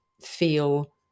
feel